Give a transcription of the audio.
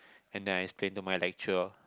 and then I explained to my lecturer